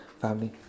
family